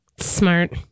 Smart